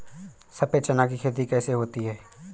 सफेद चना की खेती कैसे होती है?